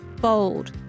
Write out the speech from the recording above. bold